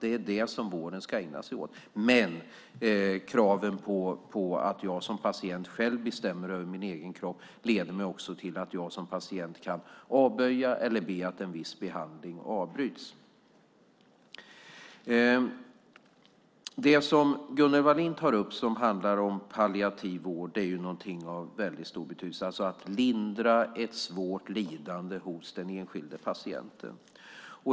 Det är det vården ska ägna sig åt, men kraven på att jag som patient själv bestämmer över min egen kropp leder mig också till att jag som patient kan avböja eller be att en viss behandling avbryts. Det som Gunnel Wallin tar upp handlar om palliativ vård. Den är ju av väldigt stor betydelse, alltså att lindra ett svårt lidande hos den enskilda patienten.